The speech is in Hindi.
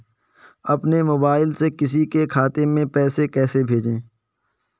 अपने मोबाइल से किसी के खाते में पैसे कैसे भेजें?